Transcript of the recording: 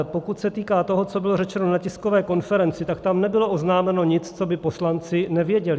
Pokud se týká toho, co bylo řečeno na tiskové konferenci, tak tam nebylo oznámeno nic, co by poslanci nevěděli.